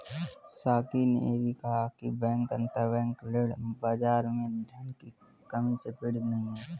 साकी ने यह भी कहा कि बैंक अंतरबैंक ऋण बाजार में धन की कमी से पीड़ित नहीं हैं